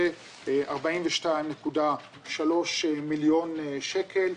- 42.3 מיליון שקל.